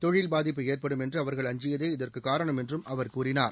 தொழில் பாதிப்பு ஏற்படும் என்று அவர்கள் அஞ்சியதே இதற்குக் காரணம் என்றும் அவர் கூறினார்